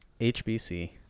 HBC